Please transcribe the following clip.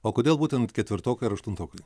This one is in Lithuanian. o kodėl būtent ketvirtokai aštuntokai